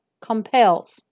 compels